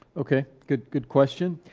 okay, good good question.